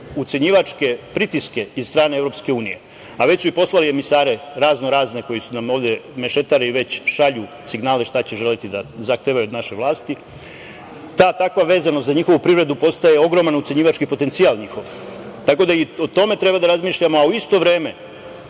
ucenjivačke pritiske od strane EU, a već su i poslali emisare, razno razne, koji nam ovde već mešetare i šalju signale šta će želeti da zahtevaju od naše vlasti, ta takva vezanost za njihovu privredu postaje ogroman ucenjivački potencijal njihov. Tako da i o tome treba da razmišljamo, a u isto vreme